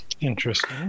Interesting